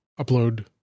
upload